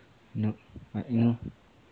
no like you know